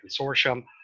consortium